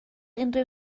unrhyw